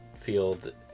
field